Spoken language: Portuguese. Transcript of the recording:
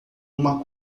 uma